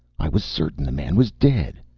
i was certain the man was dead.